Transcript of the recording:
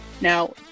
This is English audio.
Now